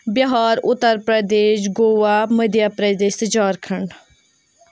بِہار اُترپرٛدیش گوا مٔدھیہ پرٛدیش تہٕ جھارکھَںٛڈ